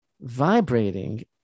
vibrating